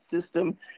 system